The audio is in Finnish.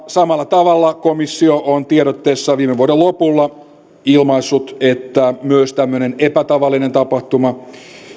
samalla tavalla komissio on tiedotteessaan viime vuoden lopulla ilmaissut että myös tämmöinen epätavallinen tapahtuma